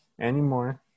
anymore